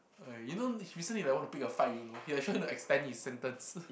I you know he recently like want to pick a fight you know he like trying to extend his sentence